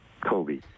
Kobe